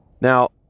Now